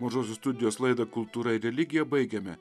mažosios studijos laidą kultūra ir religija baigiame